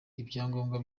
ibyangombwa